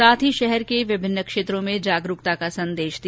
साथ ही शहर के विभिन्न क्षेत्रों में जागरूकता संदेश दिया